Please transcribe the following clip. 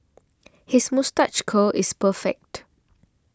his moustache curl is perfect